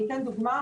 אני אתן דוגמא,